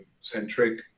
centric